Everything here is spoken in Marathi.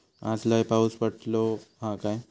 आज लय पाऊस पडतलो हा काय?